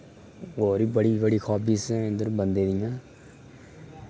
और बी बड़ी बड़ी होब्बिस न इद्धर बंदे दियां